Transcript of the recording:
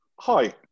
hi